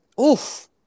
Oof